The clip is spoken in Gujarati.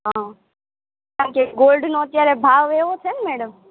હા કેમકે ગોલ્ડનો અત્યારે ભાવ એવો છે ને મેડમ